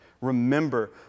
Remember